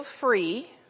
free